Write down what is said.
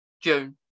June